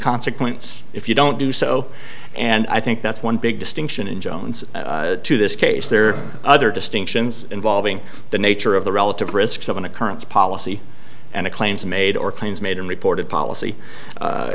consequence if you don't do so and i think that's one big distinction in jones to this case there are other distinctions involving the nature of the relative risks of an occurrence policy and a claims made or claims made and reported policy